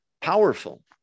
powerful